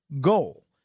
Goal